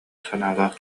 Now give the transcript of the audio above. санаалаах